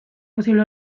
posible